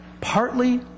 partly